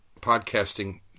podcasting